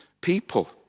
people